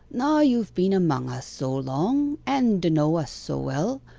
now you've been among us so long, and d'know us so well,